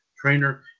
trainer